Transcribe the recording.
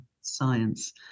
science